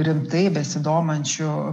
rimtai besidominčių